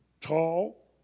tall